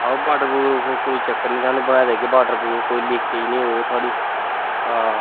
आहो waterproof कोई चक्कर निं थोआनू बनाई देगे बाटर प्रूफ कोई लीकेज निं होग थोआड़ी हां